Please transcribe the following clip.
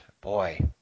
boy